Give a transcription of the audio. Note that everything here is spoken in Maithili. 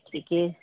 ठीक